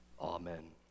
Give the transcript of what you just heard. amen